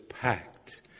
packed